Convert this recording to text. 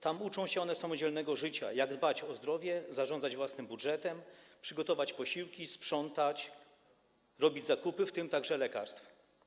Tam uczą się one samodzielnego życia: jak dbać o zdrowie, zarządzać własnym budżetem, przygotowywać posiłki, sprzątać, robić zakupy, w tym także jak kupować lekarstwa.